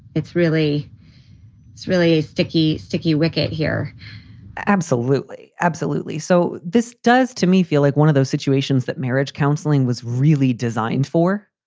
it's really it's really a sticky, sticky wicket here absolutely. absolutely. so this does to me feel like one of those situations that marriage counseling was really designed for,